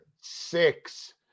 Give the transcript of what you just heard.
Six